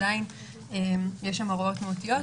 עדיין יש שם הוראות מהותיות,